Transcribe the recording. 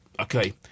okay